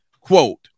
Quote